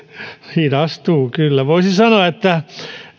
hidastuu kyllä voisi sanoa että